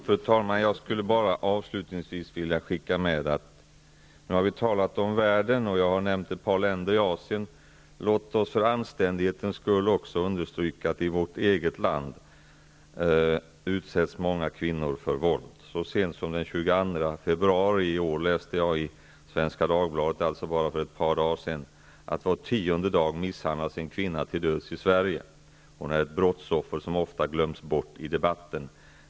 Fru talman! Avslutningvis vill jag bara tillägga: Vi har nu talat om världen, och jag har nämnt några länder i Asien. Låt låt oss för anständighetens skull också understryka att många kvinnor utsätts för våld i vårt eget land. Så sent som den 22 februari i år -- alltså för endast ett par dagar sedan -- läste jag i Svenska Dagbladet att var tionde dag misshandlas en kvinna till döds i Sverige. Hon är ett slags brottsoffer som ofta glöms bort i debatten.